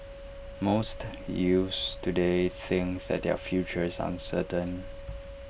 most youths today think that their future is uncertain